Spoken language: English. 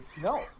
no